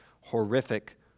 horrific